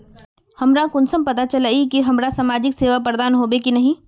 हमरा कुंसम पता चला इ की हमरा समाजिक सेवा प्रदान होबे की नहीं?